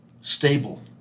stable